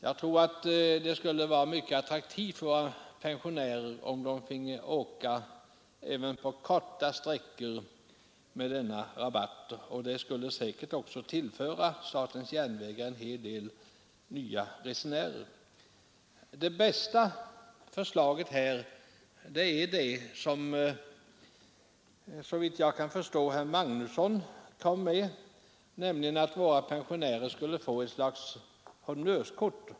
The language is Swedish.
Det skulle, tror jag, vara mycket attraktivt för våra pensionärer om de finge åka även på korta sträckor med denna rabatt. Det skulle säkert också tillföra statens järnvägar en hel del nya resenärer. Det bästa förslaget är det som såvitt jag kan förstå herr Magnusson i Kristinehamn kom med, nämligen att våra pensionärer skulle få ett slags honnörskort.